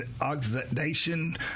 oxidation